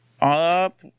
up